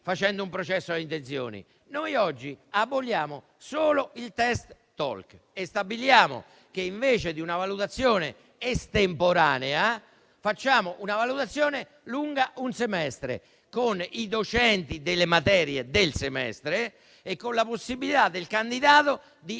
facendo un processo alle intenzioni. Noi oggi aboliamo solo il test e stabiliamo che, invece di una valutazione estemporanea, ci sarà una valutazione lunga un semestre con i docenti delle materie del semestre e con la possibilità del candidato di